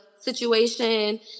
situation